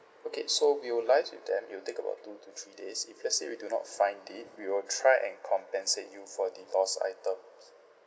okay so we'll liaise with them it'll take about two to three days if let's say we do not find it we'll try and compensate you for the lost items